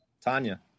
Tanya